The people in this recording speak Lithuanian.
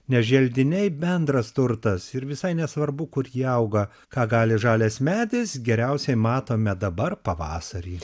nes želdiniai bendras turtas ir visai nesvarbu kur jie auga ką gali žalias medis geriausiai matome dabar pavasarį